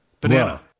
banana